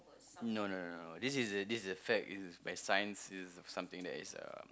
no no no no this is a this is a fact is by science this is something that is um